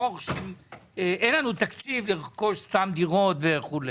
אין לנו תקציב לרכוש סתם דירות וכו',